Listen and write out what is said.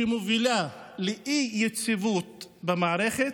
שמובילה לאי-יציבות במערכת,